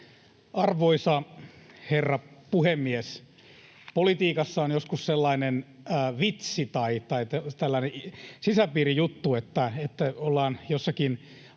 Arvoisa herra puhemies! Politiikassa on joskus sellainen vitsi tai tällainen sisäpiirin juttu, että ollaan jossakin